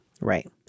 Right